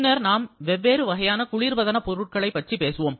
பின்னர் நாம் வெவ்வேறு வகையான குளிர்பதனப் பொருள்களைப் பற்றி பேசுவோம்